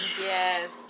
Yes